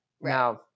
Now